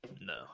No